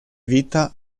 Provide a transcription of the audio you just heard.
vita